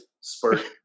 spurt